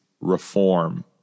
reform